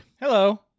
Hello